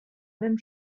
même